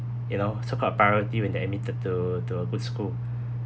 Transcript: you know so-called a priority when they admitted to to a good school